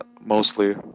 mostly